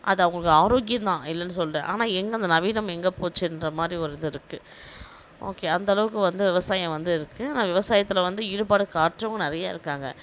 அது அவங்களுக்கு ஆரோக்கியந்தான் இல்லைன்னு சொல்லலை ஆனால் எங்கே அந்த நவீனம் எங்கே போச்சுன்ற மாதிரி ஒரு இது இருக்குது ஓகே அந்தளவுக்கு வந்து விவசாயம் வந்து இருக்குது ஆனால் விவசாயத்தில் வந்து ஈடுபாடு காட்டுறவுங்க நிறைய இருக்காங்க